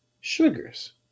sugars